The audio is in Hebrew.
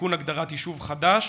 תיקון הגדרת יישוב חדש,